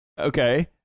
Okay